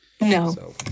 No